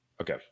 okay